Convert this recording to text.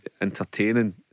entertaining